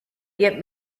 get